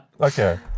Okay